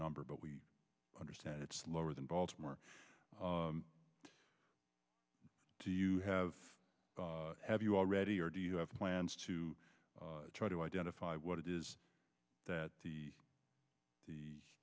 number but we understand it's lower than baltimore do you have have you already or do you have plans to try to identify what it is that the